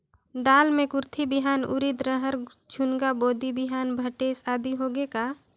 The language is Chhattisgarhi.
दाल मे कुरथी बिहान, उरीद, रहर, झुनगा, बोदी बिहान भटेस आदि होगे का?